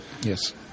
Yes